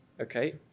Okay